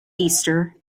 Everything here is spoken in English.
easter